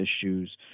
issues